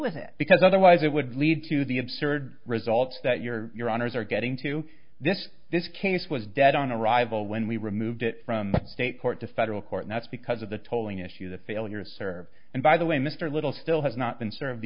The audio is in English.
with it because otherwise it would lead to the absurd results that your your honour's are getting to this this case was dead on arrival when we removed it from state court to federal court and that's because of the tolling issue the failure of serve and by the way mr little still has not been served